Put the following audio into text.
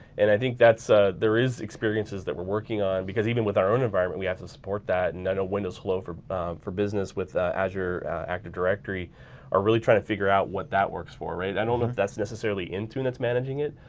and i think ah there is experiences that we're working on because even with our own environment, we have to support that and and windows flow for for business with azure active directory are really trying to figure out what that works for, right? i don't know if that's necessarily intune that's managing it.